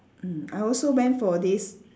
mm I also went for this